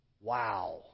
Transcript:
Wow